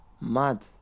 Mad